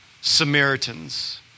Samaritans